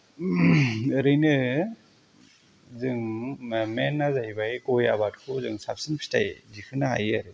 ओरैनो जों मेइनआ जाहैबाय गय आबादखौ जों साबसिन फिथाइ दिहुननो हायो